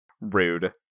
Rude